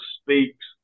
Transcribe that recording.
speaks